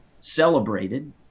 celebrated